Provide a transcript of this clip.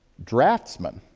draftsmen,